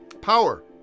Power